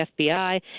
FBI